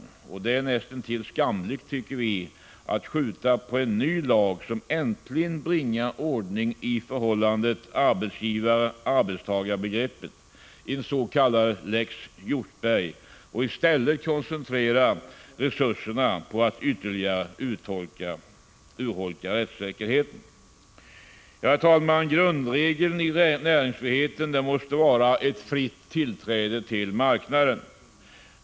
Det är enligt vår mening nästintill skamligt att man skjuter upp en ny lag som äntligen bringar ordning i förhållandet arbetsgivare-arbetstagare, en s.k. lex Hjortberg, och i stället koncentrerar resurserna på att ytterligare urholka rättssäkerheten. Herr talman! Grundregeln i näringsfriheten måste vara ett fritt tillträde till marknaden.